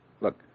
Look